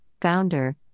founder